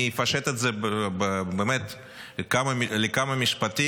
אני אפשט את זה לכמה משפטים.